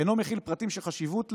אינו מכיל פרטים שחשיבות להם,